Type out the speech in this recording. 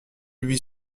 huit